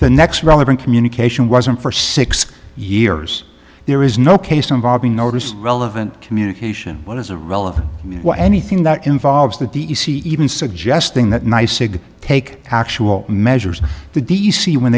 the next relevant communication wasn't for six years there is no case involving notice relevant communication what is a relevant and what anything that involves the d c even suggesting that ny sig take actual measures to d c when